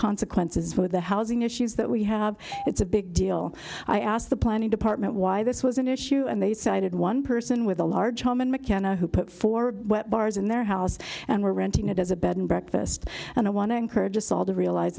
consequences for the housing issues that we have it's a big deal i asked the planning department why this was an issue and they cited one person with a large home and mckenna who put four bars in their house and were renting it as a bed and breakfast and i want to encourage assad to realize